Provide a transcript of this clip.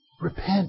Repent